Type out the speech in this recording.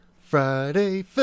friday